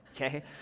okay